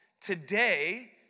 Today